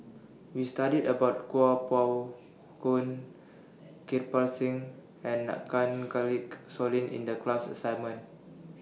We studied about Kuo Pao Kun Kirpal Singh and Soin in The class assignment